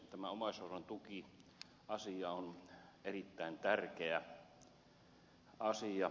tämä omaishoidon tuki on erittäin tärkeä asia